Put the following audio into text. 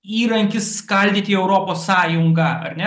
įrankis skaldyti europos sąjungą ar ne